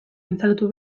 instalatu